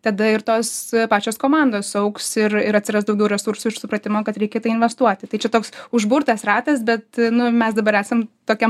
tada ir tos pačios komandos augs ir ir atsiras daugiau resursų iš supratimo kad reikia į tai investuoti tai čia toks užburtas ratas bet mes dabar esam tokiam